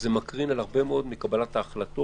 זה מקרין על הרבה מאוד מקבלת ההחלטות.